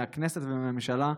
מהכנסת ומהממשלה,